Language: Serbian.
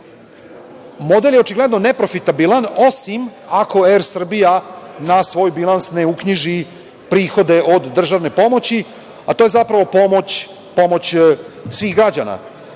model je očigledno neprofitabilan, osim ako "Er Srbija" na svoj bilans ne uknjiži prihode od državne pomoći, a to je zapravo pomoć svih građana.